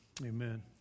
Amen